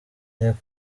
inteko